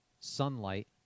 Sunlight